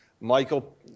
Michael